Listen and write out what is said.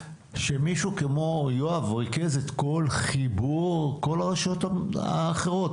שמישהו כמו יואב ירכז את כל חיבור כל הרשויות האחרות,